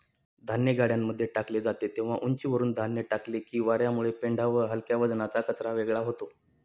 धान्य गाड्यांमध्ये टाकले जाते तेव्हा उंचीवरुन धान्य टाकले की वार्यामुळे पेंढा व हलक्या वजनाचा कचरा वेगळा होतो